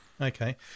Okay